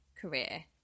career